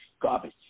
garbage